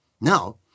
Now